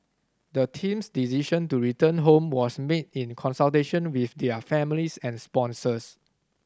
the team's decision to return home was made in consultation with their families and sponsors